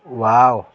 wow